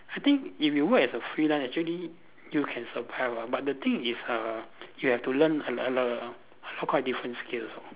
I think if you work as a freelance actually you can survive one but the thing is err you have to learn another quite a different skills ah